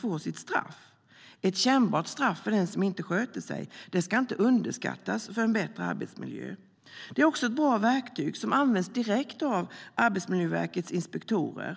får sitt straff. Ett kännbart straff för dem som inte sköter sig ska inte underskattas för en bättre arbetsmiljö. Det är ett bra verktyg som används direkt av Arbetsmiljöverkets inspektorer.